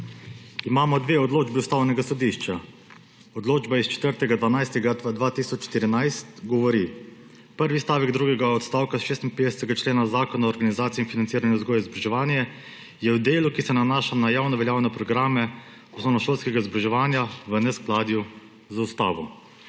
Imamo dve odločbi Ustavnega sodišča. Odločba iz 4. 12. 2013 govori: »Prvi stavek drugega odstavka 56. člena Zakona o organizaciji in financiranju vzgoje in izobraževanje je v delu, ki se nanaša na javnoveljavne programske osnovnošolskega izobraževanja, v neskladju z ustavo.«